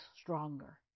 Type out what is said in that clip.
stronger